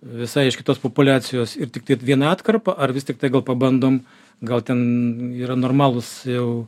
visai iš kitos populiacijos ir tiktai viena atkarpa ar vis tiktai gal pabandom gal ten yra normalūs jau